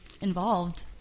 involved